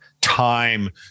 time